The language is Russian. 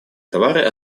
товары